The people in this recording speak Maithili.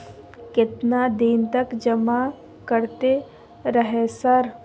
केतना दिन तक जमा करते रहे सर?